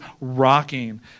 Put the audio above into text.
rocking